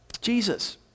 Jesus